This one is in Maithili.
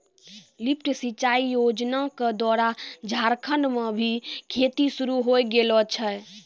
लिफ्ट सिंचाई योजना क द्वारा झारखंड म भी खेती शुरू होय गेलो छै